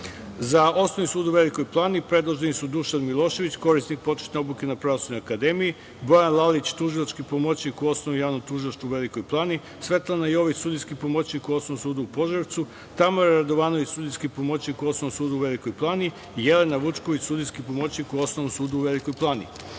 Osnovni sud u Velikoj Plani predloženi su: Dušan Milošević, korisnik početne obuke na Pravosudnoj akademiji, Goran Lalić, tužilački pomoćnik u Osnovnom javnom tužilaštvu u Velikoj Plani, Svetlana Jović, sudijski pomoćnik u Osnovnom sudu u Požarevcu, Tamara Radovanović, sudijski pomoćnik u Osnovnom sudu u Velikoj Plani, Jelena Vučković, sudijski pomoćnik u Osnovnom sudu u Velikoj Plani.Za